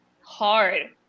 hard